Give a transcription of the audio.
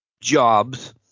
jobs